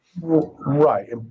right